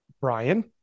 Brian